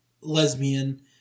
lesbian